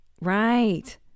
Right